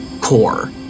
Core